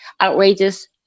outrageous